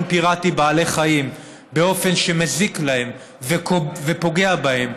פיראטי בעלי חיים באופן שמזיק להם ופוגע בהם,